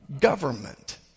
government